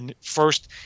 first